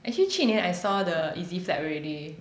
actually 去年 I saw the easy flap already